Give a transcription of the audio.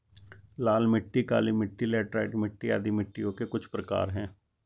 लाल मिट्टी, काली मिटटी, लैटराइट मिट्टी आदि मिट्टियों के कुछ प्रकार है